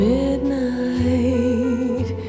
midnight